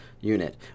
unit